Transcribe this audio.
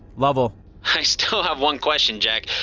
lovell i still have one question, jack.